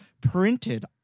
printed